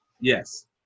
Yes